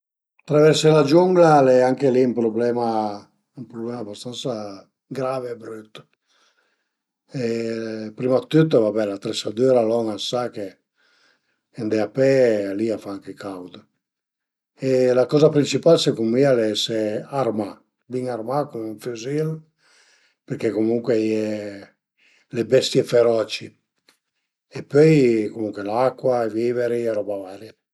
Traversé la giungla al e anche li ün prublema, ün prublema abastansa grave e brüt e prima dë tüt va be l'atresadüra, lon a së sa che andé a pe li a fa anche caud e la coza principal secund mi al e ese armà, bin armà cun ün füzil perché comuncue a ie le bestie feroci e pöi comuncue l'acua, i viveri, roba varia